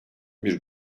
bir